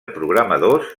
programadors